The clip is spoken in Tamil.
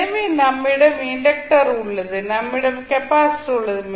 எனவே நம்மிடம் இண்டக்டர் உள்ளது நம்மிடம் கெப்பாசிட்டர் உள்ளது